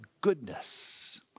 goodness